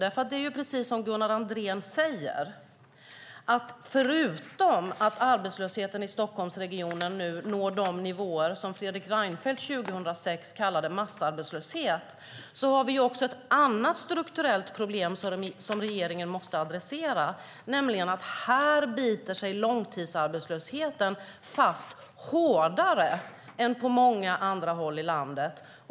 Det är precis som Gunnar Andrén säger: Förutom att arbetslösheten i Stockholmsregionen nu når de nivåer som Fredrik Reinfeldt år 2006 kallade massarbetslöshet har vi ett annat strukturellt problem som regeringen måste adressera, nämligen att långtidsarbetslösheten biter sig fast här hårdare än på många andra håll i landet.